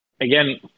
again